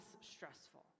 stressful